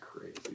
crazy